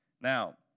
Now